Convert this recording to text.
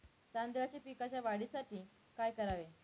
तांदळाच्या पिकाच्या वाढीसाठी काय करावे?